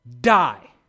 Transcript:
die